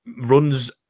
runs